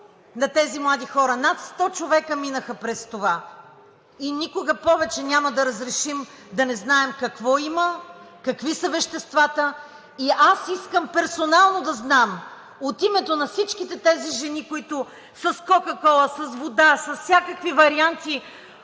на тези млади хора. Над 100 човека минаха през това и никога повече няма да разрешим да не знаем какво има, какви са веществата. Аз искам персонално да знам от името на всичките тези жени, които с „Кока-кола“, с вода, с всякакви варианти